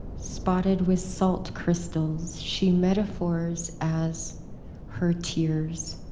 spotted with salt crystals she metaphors as her tears.